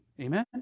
Amen